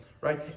Right